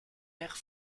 mère